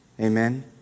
amen